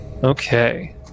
Okay